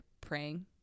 praying